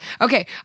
Okay